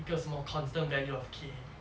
那个什么 constant value of K